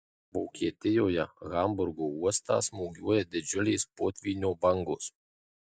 vokietijoje hamburgo uostą smūgiuoja didžiulės potvynio bangos